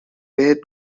بهت